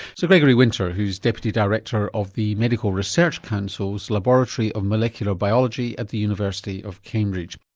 sir gregory winter who's deputy director of the medical research council's laboratory of molecular biology at the university of cambridge.